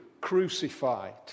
crucified